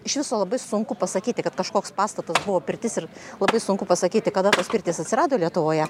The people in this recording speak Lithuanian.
iš viso labai sunku pasakyti kad kažkoks pastatas buvo pirtis ir labai sunku pasakyti kada tos pirtys atsirado lietuvoje